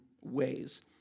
ways